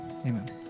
amen